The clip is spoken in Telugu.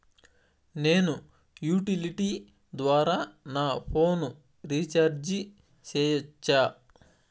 నేను యుటిలిటీ ద్వారా నా ఫోను రీచార్జి సేయొచ్చా?